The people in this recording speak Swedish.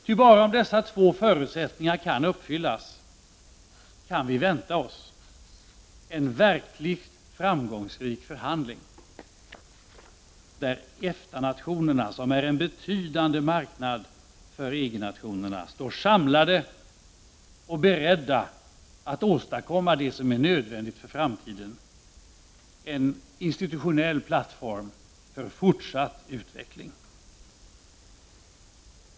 Ty bara om dessa två förutsättningar kan uppfyllas kan vi vänta oss en verkligt framgångsrik förhandling där EFTA-nationerna, som är en betydande marknad för EG nationerna, står samlade och beredda att åstadkomma det som är nödvändigt för framtiden, dvs. en institutionell plattform för fortsatt utveckling.